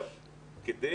כדי